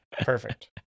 perfect